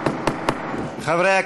חברי הכנסת,